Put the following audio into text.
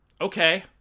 Okay